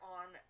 on